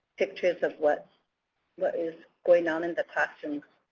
pictures of what what is going on in the classrooms.